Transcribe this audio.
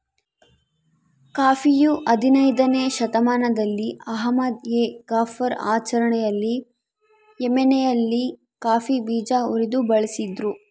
ಕಾಫಿಯು ಹದಿನಯ್ದನೇ ಶತಮಾನದಲ್ಲಿ ಅಹ್ಮದ್ ಎ ಗಫರ್ ಆಚರಣೆಯಲ್ಲಿ ಯೆಮೆನ್ನಲ್ಲಿ ಕಾಫಿ ಬೀಜ ಉರಿದು ಬಳಸಿದ್ರು